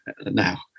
now